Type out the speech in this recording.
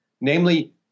namely